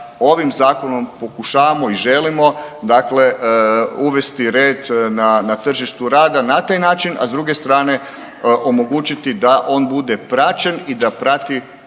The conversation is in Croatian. ovim zakonom pokušavamo i želimo uvesti red na tržištu rada na taj način, a s druge strane omogućiti da on bude praćen i da prati potrebe